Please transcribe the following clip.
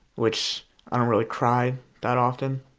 which i don't really cry that often,